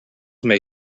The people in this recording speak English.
may